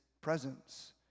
presence